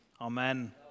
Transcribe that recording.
Amen